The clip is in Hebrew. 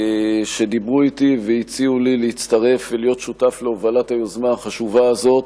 שדיברו אתי והציעו לי להצטרף ולהיות שותף להובלת היוזמה החשובה הזאת,